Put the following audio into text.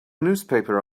newspaper